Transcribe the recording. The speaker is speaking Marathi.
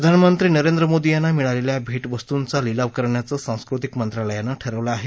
प्रधानमंत्री नरेंद्र मोदी यांना मिळालेल्या भेटवस्तूंचा लिलाव करण्याचं सांस्कृतिक मंत्रालयानं ठरवलं आहे